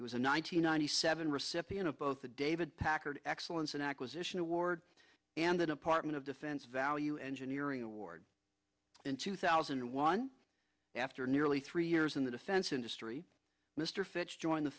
it was a nine hundred ninety seven recipient of both the david packard excellence an acquisition award and the department of defense value engineering award in two thousand and one after nearly three years in the defense industry mr fitz joined the